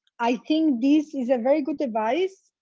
i think this is a very good device,